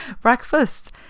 Breakfast